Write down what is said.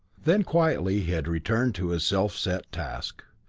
then quietly he had returned to his self-set task.